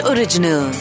Original